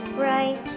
Right